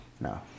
No